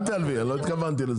וזה הנושא של העובדים.